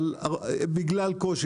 אבל בגלל קושי,